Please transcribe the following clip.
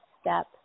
step